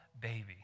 baby